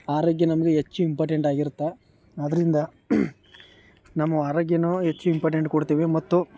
ಆರೋಗ್ಯ ನಮಗೆ ಹೆಚ್ಚು ಇಂಪಾರ್ಟೆಂಟಾಗಿರುತ್ತೆ ಅದರಿಂದ ನಮ್ಮ ಆರೋಗ್ಯವೂ ಹೆಚ್ಚು ಇಂಪಾರ್ಟೆಂಟ್ ಕೊಡ್ತೀವಿ ಮತ್ತು